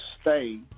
stay